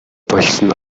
больсон